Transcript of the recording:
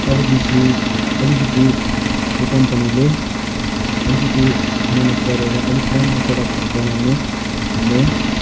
अबदेखि अलिकति यो कम्पनीले अलिकति मिहिनेत गरेर अलिक राम्रो प्रडक्टहरू बनाउने म